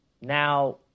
Now